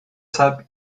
zeit